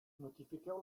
notifiqueu